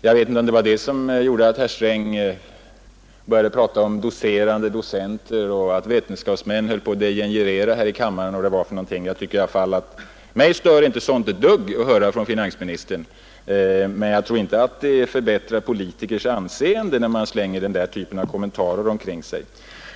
jag vet inte om det var det som gjorde att herr Sträng började tala om docerande docenter och om att vetenskapsmän höll på att degenereras här i kammaren osv. Mig stör det inte ett dugg att höra sådant från finansministern, men jag tror inte att det förbättrar politikers anseende när man slänger den typen av kommentarer omkring sig.